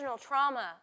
trauma